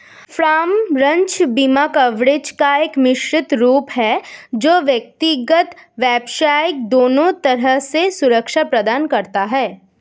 farm, ranch बीमा coverage का एक मिश्रित रूप है जो व्यक्तिगत, व्यावसायिक दोनों तरह से सुरक्षा प्रदान करता है